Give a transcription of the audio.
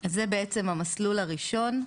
זה בעצם המסלול הראשון?